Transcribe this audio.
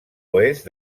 oest